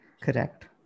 Correct